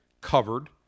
covered